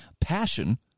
passion